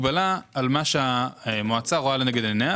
ההסכם העסקי שלך שבו ניימינג לגביע שווה לך מיליון